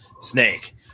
snake